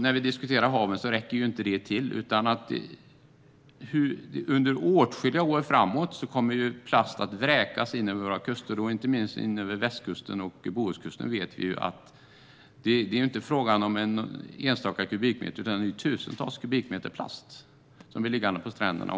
När vi diskuterar haven räcker det inte att stoppa detta vid källan. Under åtskilliga år framåt kommer plast att vräkas in över våra kuster. Vi vet att det inte minst när det gäller västkusten och Bohuskusten inte är fråga om någon enstaka kubikmeter plast utan tusentals kubikmeter plast som blir liggande på stränderna.